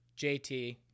JT